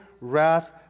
wrath